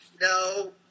No